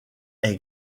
est